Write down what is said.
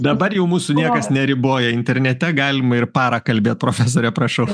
dabar jau mūsų niekas neriboja internete galima ir parą kalbėt profesore prašau